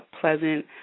pleasant